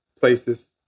places